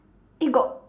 eh got